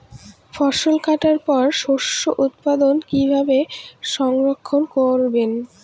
ফসল কাটার পর শস্য উৎপাদন কিভাবে সংরক্ষণ করবেন?